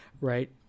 right